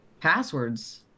passwords